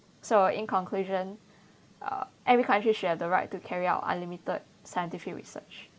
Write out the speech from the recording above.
so in conclusion uh every country should have the right to carry out unlimited scientific research